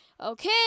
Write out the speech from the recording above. Okay